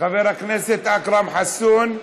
חבר הכנסת אכרם חסון,